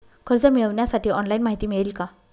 कर्ज मिळविण्यासाठी ऑनलाइन माहिती मिळेल का?